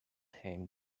him